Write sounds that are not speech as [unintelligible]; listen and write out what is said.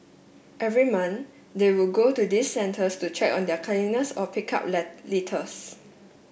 every month they would go to these centres to check on their cleanliness or pick up [unintelligible] litters